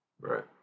Right